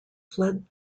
fled